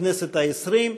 הכנסת העשרים.